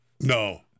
No